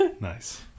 Nice